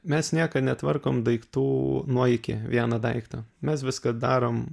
mes niekad netvarkom daiktų nuo iki vieną daiktą mes viską darom